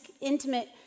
intimate